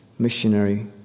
Missionary